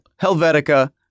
Helvetica